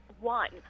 one